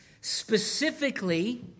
specifically